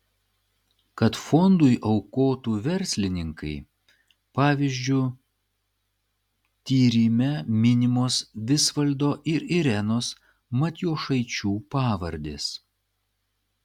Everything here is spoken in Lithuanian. kad fondui aukotų verslininkai pavyzdžiu tyrime minimos visvaldo ir irenos matjošaičių pavardės